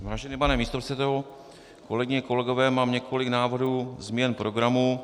Vážený pane místopředsedo, kolegyně, kolegové, mám několik návrhů, změn programu.